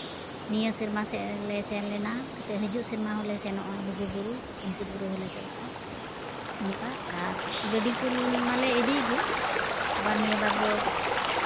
ᱱᱤᱭᱟᱹ ᱥᱮᱨᱢᱟ ᱥᱮᱫ ᱞᱮ ᱥᱮᱱ ᱞᱮᱱᱟ ᱠᱟᱛᱮᱫ ᱦᱤᱡᱩᱜ ᱥᱮᱨᱢᱟ ᱦᱚᱸᱞᱮ ᱥᱮᱱᱚᱜᱼᱟ ᱞᱩᱜᱩᱼᱵᱩᱨᱩ ᱯᱟᱧᱪᱮᱛ ᱵᱩᱨᱩ ᱦᱚᱸᱞᱮ ᱪᱟᱞᱟᱜᱼᱟ ᱱᱚᱝᱠᱟ ᱟᱨ ᱜᱟᱹᱰᱤ ᱠᱚ ᱢᱟᱞᱮ ᱤᱫᱤᱭ ᱜᱮ ᱟᱵᱟᱨ ᱱᱤᱭᱟᱹ ᱵᱟᱨ ᱫᱚ